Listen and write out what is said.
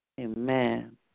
Amen